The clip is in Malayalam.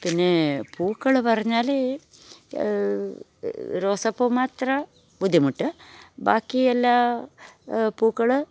പിന്നെ പൂക്കൾ പറഞ്ഞാൽ പിന്നെ റോസാപ്പൂ മാത്രം ബുദ്ധിമുട്ട് ബാക്കിയെല്ലാ പൂക്കൾ